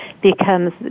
becomes